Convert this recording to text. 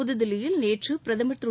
புதுதில்லியில் நேற்று பிரதமர் திரு